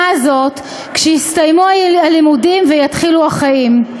הזאת כשיסתיימו הלימודים ויתחילו החיים.